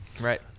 right